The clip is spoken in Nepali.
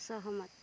सहमत